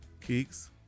Keeks